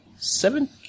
Seven